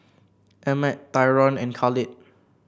Emmet Tyron and Khalid